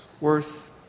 worth